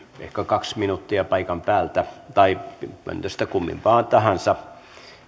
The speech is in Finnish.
ehkä kaksi minuuttia paikan päältä tai pöntöstä kummin tahansa